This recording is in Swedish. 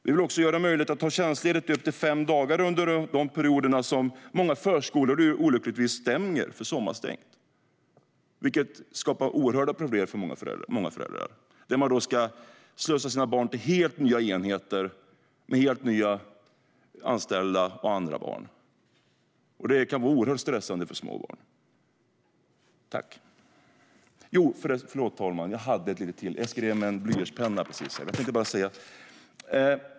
Vi vill också göra det möjligt att ta tjänstledigt i upp till fem dagar under de perioder på sommaren då många förskolor olyckligtvis stängs, vilket skapar oerhörda problem för många föräldrar. Man ska slussa sina barn till helt nya enheter med helt nya anställda och andra barn. Det kan vara oerhört stressande för små barn. Fru talman!